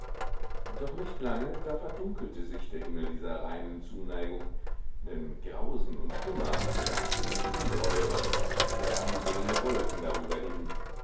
doch nicht lange da verdunkelte sich der himmel dieser reinen zuneigung denn grausen und kummer jagten wie ungeheure verderbenbringende wolken darüber hin